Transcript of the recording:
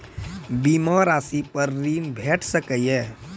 बीमा रासि पर ॠण भेट सकै ये?